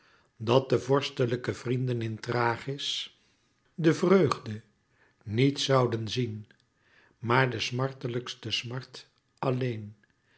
dat de vorstelijke vrienden in thrachis de vreugde niet zouden zien maar de smartelijkste smart alleen